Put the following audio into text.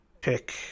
pick